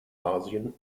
asien